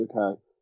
okay